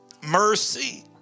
mercy